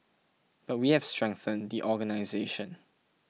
but we have strengthened the organisation